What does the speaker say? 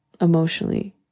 emotionally